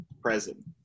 present